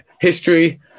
history